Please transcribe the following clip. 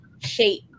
shape